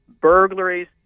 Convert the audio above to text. burglaries